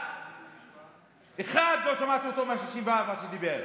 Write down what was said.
אחד לא שמעתי, מה-64, שדיבר.